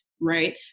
Right